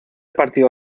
partido